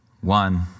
One